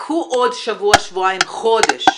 קחו עוד שבוע, שבועיים, חודש,